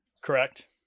Correct